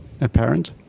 apparent